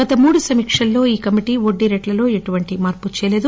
గత మూడు సమీక్షలో ఈ కమిటీ వడ్డీ రేట్లలో ఎటువంటి మార్పు చేయలేదు